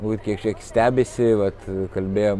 puikiai stebisi vat kalbėjo